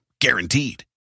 Guaranteed